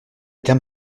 terme